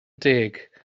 deg